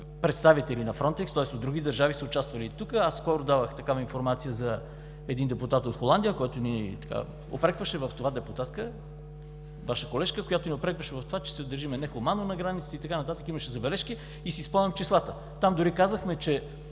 представители на Фронтекс, тоест от други държави са участвали тук. Скоро давах такава информация за един депутат от Холандия, депутатка, Ваша колежка, която ни упрекваше в това, че се държим нехуманно на границата и така нататък, имаше забележки и си спомням числата. Там дори казахме, че